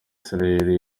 isiraheli